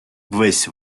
весь